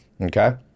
okay